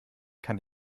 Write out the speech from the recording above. kann